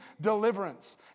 deliverance